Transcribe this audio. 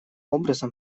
образом